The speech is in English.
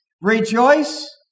Rejoice